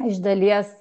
iš dalies